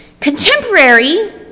Contemporary